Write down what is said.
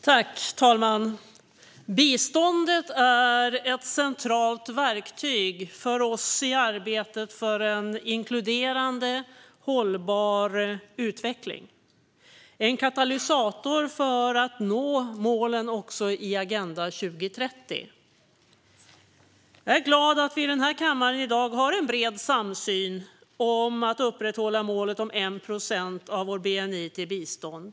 Fru talman! För oss är biståndet ett centralt verktyg i arbetet för en inkluderande och hållbar utveckling. Det är en katalysator för att nå målen också i Agenda 2030. Jag är glad över att vi i denna kammare i dag har en bred samsyn om att upprätthålla målet om 1 procent av vår bni till bistånd.